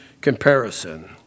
comparison